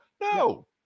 no